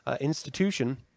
institution